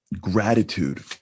Gratitude